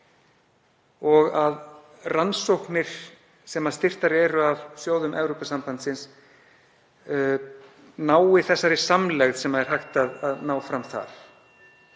og að rannsóknir sem styrktar eru af sjóðum Evrópusambandsins nái þeirri samlegð sem er hægt að ná fram þar.